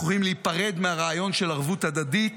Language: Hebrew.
אנחנו יכולים להיפרד מהרעיון של ערבות הדדית.